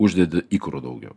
uždeda ikrų daugiau